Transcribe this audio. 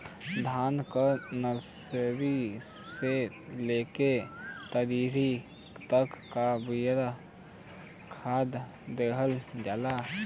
धान के नर्सरी से लेके तैयारी तक कौ बार खाद दहल जाला?